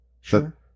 Sure